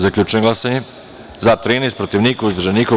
Zaključujem glasanje: za – 13, protiv – niko, uzdržan – niko.